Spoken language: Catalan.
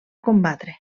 combatre